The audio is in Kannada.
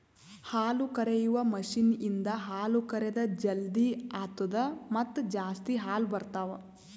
ಹಾಲುಕರೆಯುವ ಮಷೀನ್ ಇಂದ ಹಾಲು ಕರೆದ್ ಜಲ್ದಿ ಆತ್ತುದ ಮತ್ತ ಜಾಸ್ತಿ ಹಾಲು ಬರ್ತಾವ